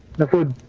the four